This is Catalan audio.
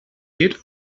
dir